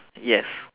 yes